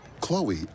Chloe